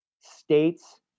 states